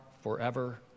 forever